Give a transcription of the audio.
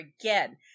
again